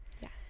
Yes